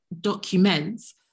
documents